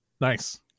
nice